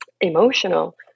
emotional